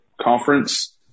conference